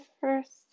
first